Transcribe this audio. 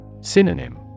Synonym